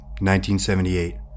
1978